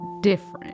different